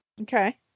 okay